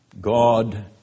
God